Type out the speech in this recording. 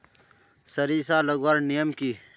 सरिसा लगवार नियम की?